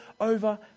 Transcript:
over